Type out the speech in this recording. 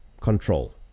control